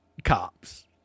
cops